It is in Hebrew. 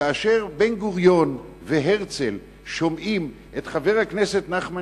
כאשר בן-גוריון והרצל שומעים את חבר הכנסת נחמן